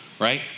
right